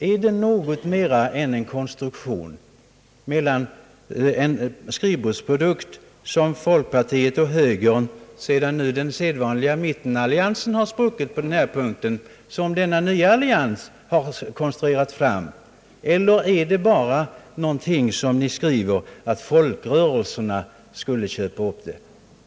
Är det något mer än en skrivbordsprodukt som de nya alliansen mellan folkpartiet och högern — sedan nu den sedvanliga mittenalliansen spruckit på denna punkt — har konstruerat fram? Eller är det bara någonting som ni skriver att folkrörelserna skulle köpa upp?